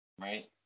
right